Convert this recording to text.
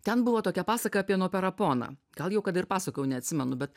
ten buvo tokia pasaka apie noperą poną gal jau kada pasakojau neatsimenu bet